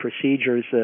procedures